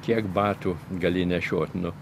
kiek batų gali nešiot nu